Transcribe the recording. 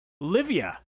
Livia